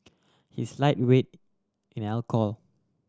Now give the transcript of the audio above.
he is lightweight in alcohol